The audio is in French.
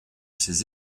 ses